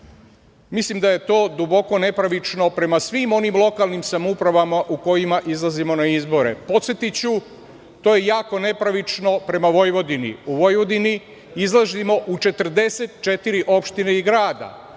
Mislim da je duboko nepravično prema svim onim lokalnim samoupravama u kojima izlazimo na izbore. Podsetiću, to je jako nepravično prema Vojvodini. U Vojvodini izlazimo u 44 opštine i grada.